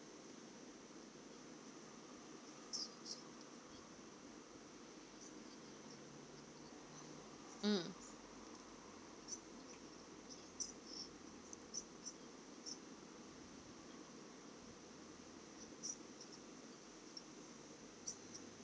mm